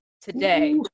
today